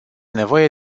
nevoie